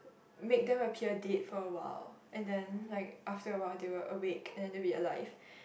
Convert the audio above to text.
make them appear dead for a while and then like after a while they will awake and then they will be alive